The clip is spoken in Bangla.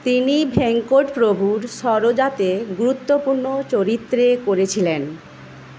তিনি ভেঙ্কট প্রভুর সরোজাতে গুরুত্বপূর্ণ চরিত্রে করেছিলেন